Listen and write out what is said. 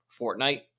Fortnite